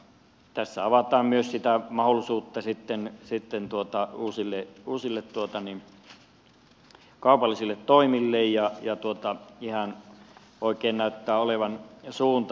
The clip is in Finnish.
tässä avataan myös sitä mahdollisuutta uusille kaupallisille toimille ja ihan oikein näyttää olevan suunta